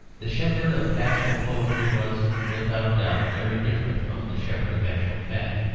the shepherd of pastoral poetry was, without doubt, very different from the shepherd of actual fact.